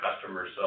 customers